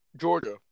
Georgia